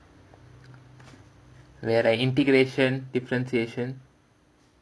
we had uh integration differentiation